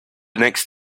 next